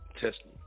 Testing